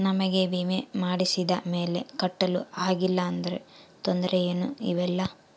ನಮಗೆ ವಿಮೆ ಮಾಡಿಸಿದ ಮೇಲೆ ಕಟ್ಟಲು ಆಗಿಲ್ಲ ಆದರೆ ತೊಂದರೆ ಏನು ಇಲ್ಲವಾ?